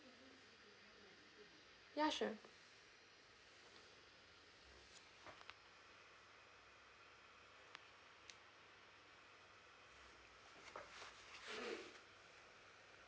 ya sure